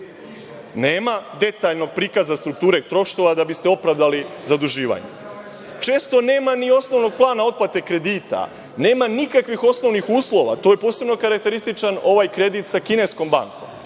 Nema detaljnog prikaza strukture troškova da biste opravdali zaduživanje. Često nema ni osnovnog plana otplate kredita. Nema nikakvih osnovnih uslova. Tu je posebno karakterističan ovaj kredit sa kineskom bankom.